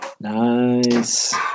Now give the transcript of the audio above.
nice